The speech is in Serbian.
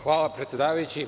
Hvala, predsedavajući.